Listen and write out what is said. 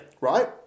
Right